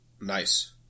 Nice